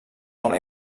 molt